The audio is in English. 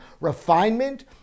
refinement